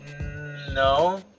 no